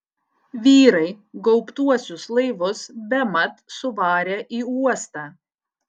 vyrai gaubtuosius laivus bemat suvarė į uostą